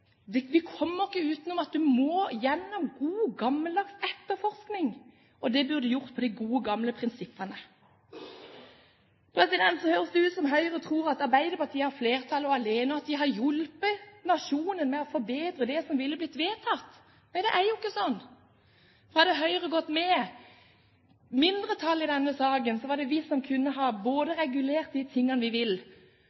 utenom at vi må gjennom god gammeldags etterforskning, og det burde en ha gjort etter de gode, gamle prinsippene. Så høres det ut som om Høyre tror at Arbeiderpartiet har flertall alene, og at de har hjulpet nasjonen med å forbedre det som ville blitt vedtatt. Men det er jo ikke slik. Hadde Høyre gått med mindretallet i denne saken, var det vi som kunne ha